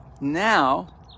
now